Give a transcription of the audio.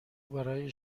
برای